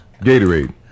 Gatorade